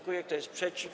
Kto jest przeciw?